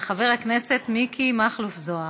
הצעה לסדר-היום מס' 2656 של חבר הכנסת מכלוף מיקי זוהר.